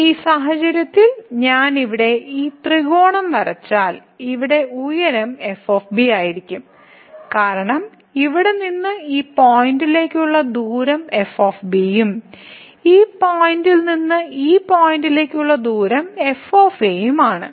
ഈ സാഹചര്യത്തിൽ ഞാൻ ഇവിടെ ഈ ത്രികോണം വരച്ചാൽ ഇവിടെ ഉയരം f ആയിരിക്കും കാരണം ഇവിടെ നിന്ന് ഈ പോയിന്റിലേക്കുള്ള ദൂരം f ഉം ഈ പോയിന്റിൽ നിന്ന് ഈ പോയിന്റിലേക്കുള്ള ദൂരം f ഉം ആണ്